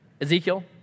Ezekiel